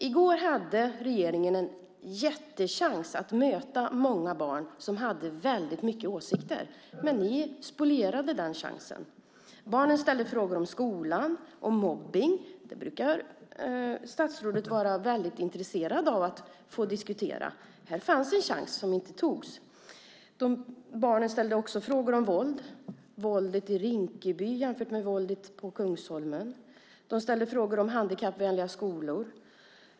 I går hade regeringen en jättechans att möta många barn som hade väldigt mycket åsikter. Men ni spolierade den chansen. Barnen ställde frågor om skolan och om mobbning. Statsrådet brukar vara väldigt intresserad av att få diskutera det. Här fanns en chans som inte togs. Barnen ställde också frågor om våld - om våldet i Rinkeby jämfört med våldet på Kungsholmen. De ställde frågor om handikappvänliga skolor.